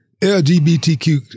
LGBTQ